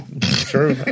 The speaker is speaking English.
True